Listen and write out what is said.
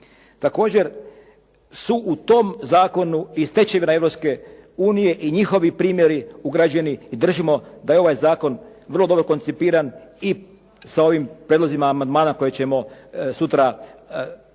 Također su u tom zakonu i stečevina Europske unije i njihovi primjeri ugrađeni i držimo da je ovaj zakon vrlo dobro koncipiran i sa ovim prijedlozima amandmana koje ćemo sutra glasovati